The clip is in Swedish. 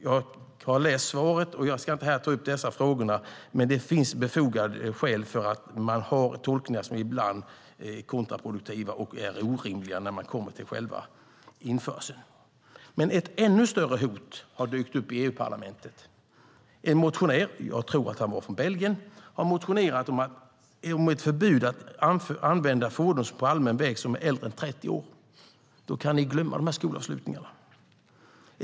Jag har läst svaret och ska inte ta upp de frågorna här, men det finns befogade skäl att tänka att man har tolkningar som ibland är kontraproduktiva och orimliga när det kommer till själva införseln. Ett ännu större hot har dock dykt upp i EU-parlamentet. En motionär - jag tror att han var från Belgien - har motionerat om ett förbud mot att på allmän väg använda fordon som är äldre än 30 år. Då kan vi glömma skolavslutningarna.